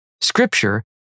Scripture